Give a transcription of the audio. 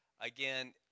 Again